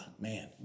man